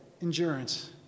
endurance